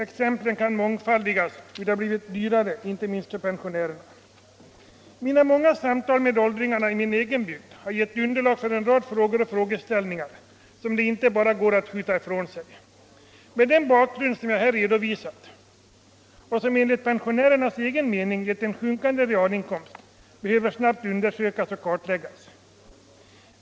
Exemplen på att det har blivit dyrare, inte minst för pensionärerna, kan mångfaldigas. Mina många samtal med åldringarna i min egen bygd har givit upphov till en rad frågor och frågeställningar, som det inte bara går att skjuta ifrån sig. De faktorer som jag här redovisat och som enligt pensionärernas egen mening givit en sjunkande realinkomst behöver snabbt undersökas.